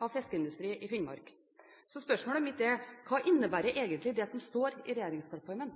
av fiskeindustri i Finnmark. Spørsmålet mitt er: Hva innebærer egentlig det som står i regjeringsplattformen?